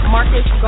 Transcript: Marcus